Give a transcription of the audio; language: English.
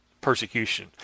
persecution